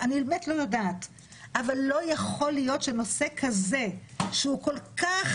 אבל לא יכול להיות שנושא כזה שהוא כל כך